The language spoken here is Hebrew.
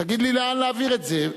תגיד לי לאן להעביר את זה.